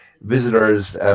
visitors